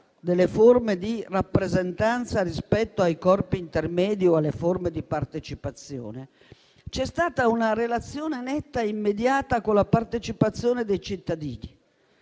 delle forme di rappresentanza rispetto ai corpi intermedi o alle forme di partecipazione, c'è stata una relazione netta e immediata con la partecipazione dei cittadini.